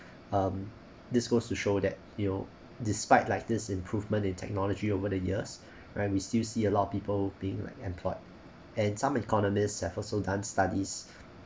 um this goes to show that you know despite like this improvement in technology over the years right we still see a lot of people being like employed and some economists have also done studies